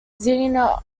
xenia